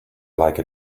like